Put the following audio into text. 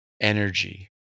energy